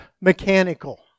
mechanical